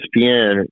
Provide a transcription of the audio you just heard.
ESPN